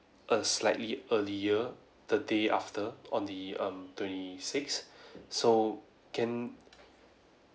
err slightly earlier the day after on the um twenty six so can